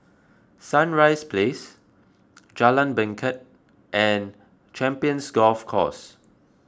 Sunrise Place Jalan Bangket and Champions Golf Course